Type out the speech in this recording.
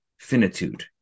finitude